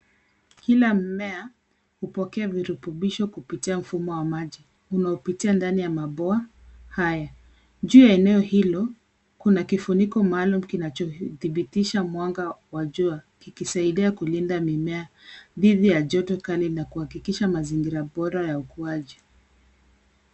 Kila mmea hupokea virutubisho kupitia mfumo wa maji unaopitia ndani ya maboa haya. Juu ya eneo hilo, kuna kifuniko maalum kinachothibitisha mwanga wa jua kikisaidia kulinda mimea dhidi ya joto kali na kuhakikisha mazingira bora ya ukuaji.